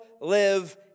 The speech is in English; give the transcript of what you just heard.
live